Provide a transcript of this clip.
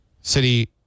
city